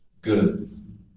good